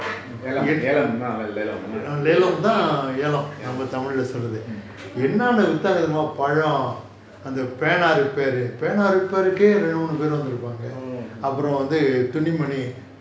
ஏலம்:elam oh